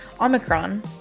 Omicron